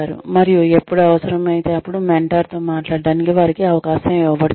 మరియు ఎపుడు అవసరం ఐతే అపుడు మెంటార్ తో మాట్లాడటానికి వారికి అవకాశం ఇవ్వబడుతుంది